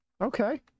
okay